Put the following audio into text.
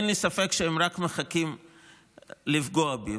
שאני מיניתי, אין לי ספק שהם רק מחכים לפגוע בי.